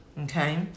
okay